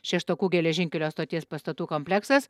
šeštokų geležinkelio stoties pastatų kompleksas